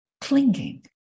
clinging